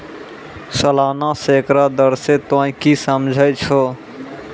सलाना सैकड़ा दर से तोंय की समझै छौं